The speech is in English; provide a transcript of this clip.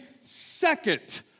second